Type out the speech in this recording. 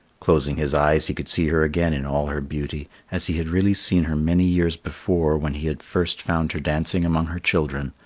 closing his eyes, he could see her again in all her beauty as he had really seen her many years before when he had first found her dancing among her children,